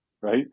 right